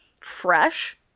fresh